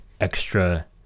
extra